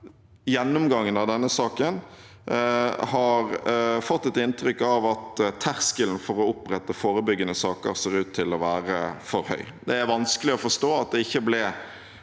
gjennomgangen av denne saken har fått et inntrykk av at terskelen for å opprette forebyggende saker ser ut til å være for høy. Det er vanskelig å forstå at det ikke ble